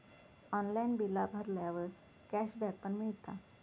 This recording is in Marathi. ऑनलाइन बिला भरल्यावर कॅशबॅक पण मिळता